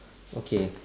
okay